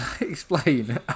explain